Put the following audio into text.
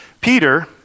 Peter